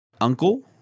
uncle